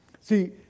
See